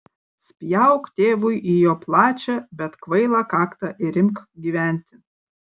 spjauk tėvui į jo plačią bet kvailą kaktą ir imk gyventi